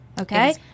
okay